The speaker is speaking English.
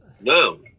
No